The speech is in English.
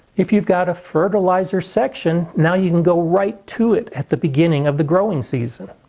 if you've got a fertilizer section, now you can go right to it at the beginning of the growing season.